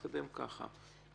נתקדם ככה.